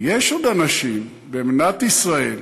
יש עוד אנשים במדינת ישראל